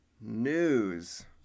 news